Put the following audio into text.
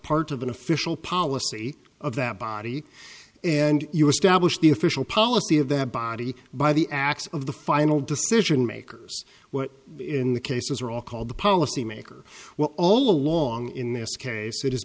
part of an official policy of that body and you were stablished the official policy of that body by the acts of the final decision makers what in the cases are all called the policy maker well all along in this case it has